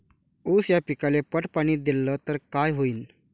ऊस या पिकाले पट पाणी देल्ल तर काय होईन?